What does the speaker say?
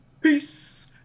Peace